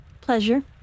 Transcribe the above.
Pleasure